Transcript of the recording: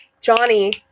johnny